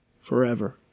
forever